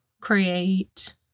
create